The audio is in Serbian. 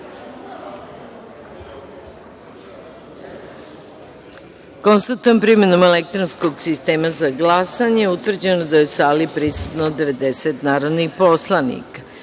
da je primenom elektronskog sistema za glasanje utvrđeno da je u sali prisutno 90 narodnih poslanika. Pitam